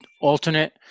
alternate